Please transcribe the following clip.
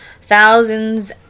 thousands